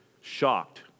shocked